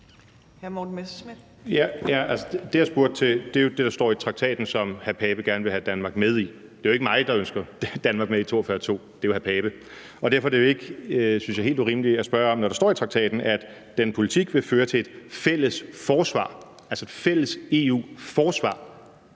det, der står i traktaten, som hr. Søren Pape Poulsen gerne vil have Danmark med i. Det er jo ikke mig, der ønsker Danmark med i artikel 42, stk. 2, det er jo hr. Søren Pape Poulsen. Derfor synes jeg ikke, det er helt urimeligt, at jeg spørger, når der står i traktaten, at den politik vil føre til et fælles forsvar, altså et fælles EU-forsvar